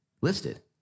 listed